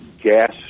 gas